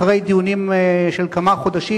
אחרי דיונים של כמה חודשים,